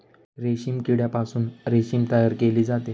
रेशीम किड्यापासून रेशीम तयार केले जाते